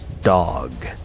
dog